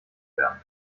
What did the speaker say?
werden